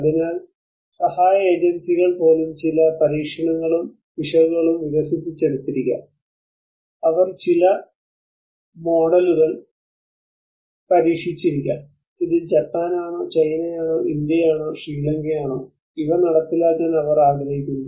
അതിനാൽ സഹായ ഏജൻസികൾ പോലും ചില പരീക്ഷണങ്ങളും പിശകുകളും വികസിപ്പിച്ചെടുത്തിരിക്കാം അവർ ചില മോഡലുകൾ പരീക്ഷിച്ചിരിക്കാം ഇത് ജപ്പാനാണോ ചൈനയാണോ ഇന്ത്യയാണോ ശ്രീലങ്കയാണോ ഇവ നടപ്പിലാക്കാൻ അവർ ആഗ്രഹിക്കുന്നു